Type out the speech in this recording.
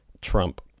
Trump